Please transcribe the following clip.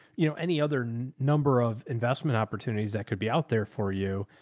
you know, any other number of investment opportunities that could be out there for you?